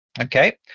Okay